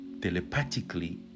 telepathically